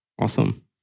Awesome